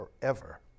forever